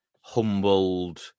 humbled